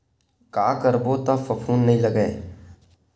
का करबो त फफूंद नहीं लगय?